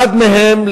אחד מהם,